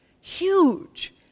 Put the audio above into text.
Huge